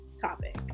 topic